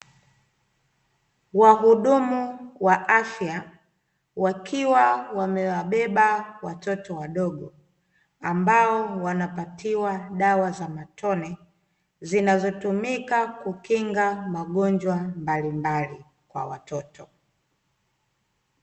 Wahudumu wa afya wakiwa wamewabeba watoto wadogo ambao wanapatiwa dawa za matone zinazotumika kukinga magonjwa mbalimbali kwa watoto.